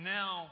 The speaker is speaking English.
now